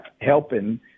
helping